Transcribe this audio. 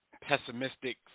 pessimistic